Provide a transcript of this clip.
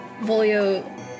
Volio